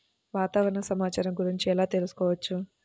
వాతావరణ సమాచారం గురించి ఎలా తెలుసుకోవచ్చు?